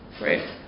right